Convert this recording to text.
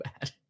bad